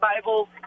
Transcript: Bible